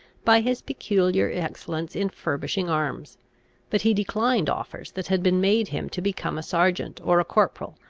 by his peculiar excellence in furbishing arms but he declined offers that had been made him to become a serjeant or a corporal,